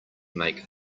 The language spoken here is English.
make